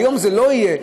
היום זה לא יהיה.